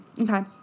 Okay